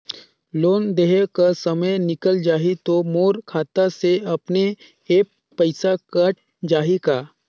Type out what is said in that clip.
Loan देहे कर समय निकल जाही तो मोर खाता से अपने एप्प पइसा कट जाही का?